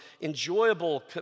enjoyable